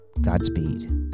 Godspeed